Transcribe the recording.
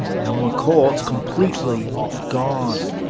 and were caught completely off guard.